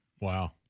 Wow